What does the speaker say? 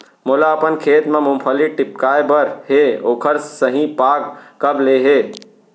मोला अपन खेत म मूंगफली टिपकाय बर हे ओखर सही पाग कब ले हे?